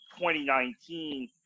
2019